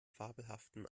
fabelhaften